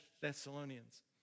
Thessalonians